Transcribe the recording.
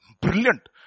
brilliant